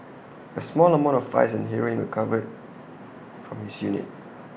A small amount of ice and heroin were recovered from his unit